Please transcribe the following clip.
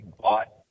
bought